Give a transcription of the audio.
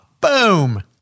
Boom